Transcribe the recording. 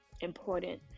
important